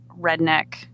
redneck